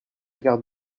carte